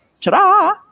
Ta-da